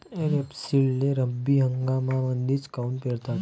रेपसीडले रब्बी हंगामामंदीच काऊन पेरतात?